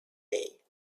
day